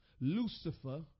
Lucifer